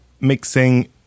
mixing